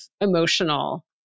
emotional